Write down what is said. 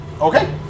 Okay